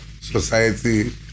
society